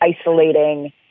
isolating